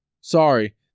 sorry